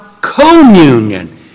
communion